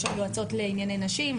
יש שם יועצות לענייני נשים,